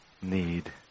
need